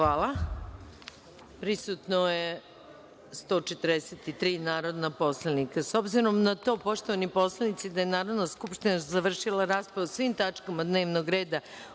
Hvala. Prisutno je 143 narodna poslanika.S obzirom na to, poštovani poslanici da je Narodna skupština završila raspravu o svim tačkama dnevnog reda